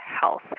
health